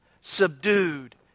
subdued